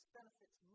benefits